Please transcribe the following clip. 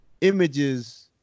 images